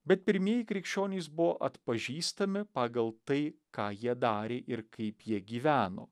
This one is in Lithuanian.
bet pirmieji krikščionys buvo atpažįstami pagal tai ką jie darė ir kaip jie gyveno